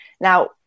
Now